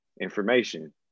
information